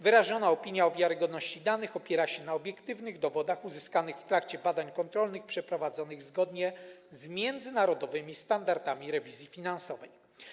Wyrażona opinia o wiarygodności danych opiera się na obiektywnych dowodach uzyskanych w trakcie badań kontrolnych przeprowadzonych zgodnie z międzynarodowymi standardami rewizji finansowej.